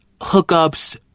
hookups